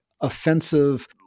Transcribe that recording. offensive